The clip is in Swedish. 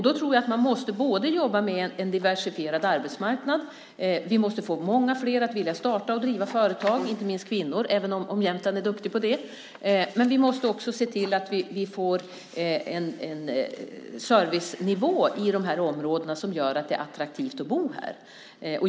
Då tror jag att man måste jobba med en diversifierad arbetsmarknad, och vi måste få många fler att vilja starta och driva företag, inte minst kvinnor, även om Jämtland är duktigt på det. Men vi måste också se till att vi får en servicenivå i de här områdena som gör att det är attraktivt att bo där.